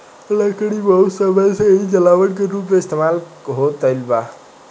लकड़ी बहुत समय से ही जलावन के रूप में इस्तेमाल होत आईल बा